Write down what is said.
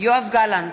יואב גלנט,